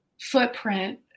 footprint